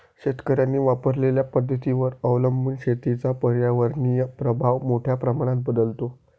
शेतकऱ्यांनी वापरलेल्या पद्धतींवर अवलंबून शेतीचा पर्यावरणीय प्रभाव मोठ्या प्रमाणात बदलतो